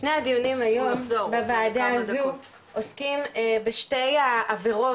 שני הדיונים היום בוועדה הזו עוסקים בשתי העבירות